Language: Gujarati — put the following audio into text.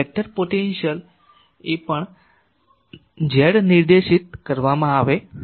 વેક્ટર પોટેન્શિયલ એ પણ z નિર્દેશિત કરવામાં આવશે